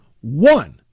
one